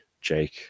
Jake